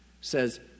says